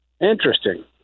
Interesting